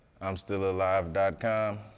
I'mStillAlive.com